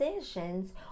decisions